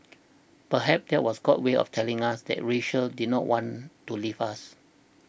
perhaps that was God's way of telling us that Rachel did not want to leave us